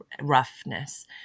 roughness